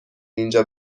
اینجا